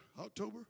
October